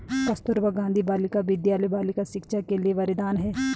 कस्तूरबा गांधी बालिका विद्यालय बालिका शिक्षा के लिए वरदान है